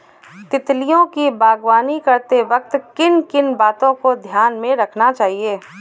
तितलियों की बागवानी करते वक्त किन किन बातों को ध्यान में रखना चाहिए?